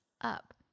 up